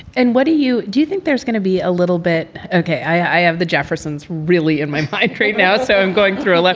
and what do you do you think there's gonna be a little bit. okay. i have the jeffersons really in my trade now, so i'm going through a lot.